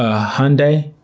ah hyundai,